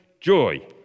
joy